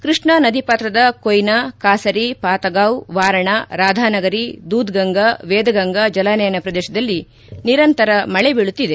ಕೃಷ್ಣಾ ನದಿ ಪಾತ್ರದ ಕೊಯ್ನಾ ಕಾಸರಿ ಪಾತಗಾವ್ ವಾರಣಾ ರಾಧಾನಗರಿ ದೂಧ್ ಗಂಗಾ ವೇದಗಂಗಾ ಜಲಾನಯನ ಪ್ರದೇಶದಲ್ಲಿ ನಿರಂತರ ಮಳೆ ಬೀಳುತ್ತಿದೆ